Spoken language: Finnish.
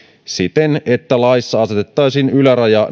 siten että laissa asetettaisiin yläraja